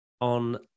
on